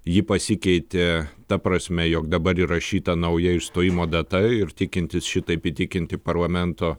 ji pasikeitė ta prasme jog dabar įrašyta nauja išstojimo data ir tikintis šitaip įtikinti parlamento